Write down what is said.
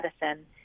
medicine